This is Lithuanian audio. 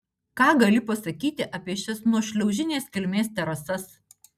ką gali pasakyti apie šias nuošliaužinės kilmės terasas